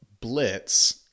blitz